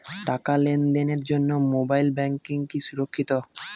টাকা লেনদেনের জন্য মোবাইল ব্যাঙ্কিং কি সুরক্ষিত?